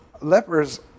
lepers